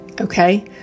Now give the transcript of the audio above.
Okay